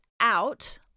out